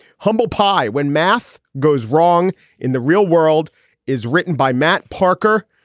humble pie when math goes wrong in the real world is written by matt parker.